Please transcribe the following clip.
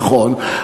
נכון,